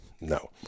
no